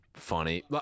funny